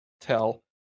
tell